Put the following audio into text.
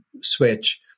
switch